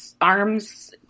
arms